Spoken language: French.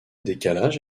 décalage